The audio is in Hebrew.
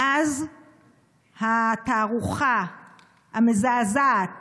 מאז התערוכה המזעזעת